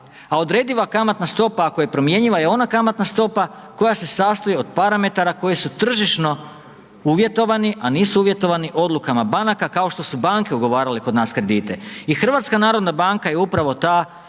a odrediva kamatna stopa ako je promjenjiva je ona kamatna stopa koja se sastoji od parametara koji su tržišno uvjetovani a nisu uvjetovani odlukama banaka kao što su banke ugovarale kod nas kredite i HNB je upravo